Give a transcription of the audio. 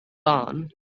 barn